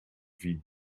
wie